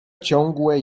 ciągłe